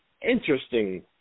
interesting